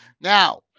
now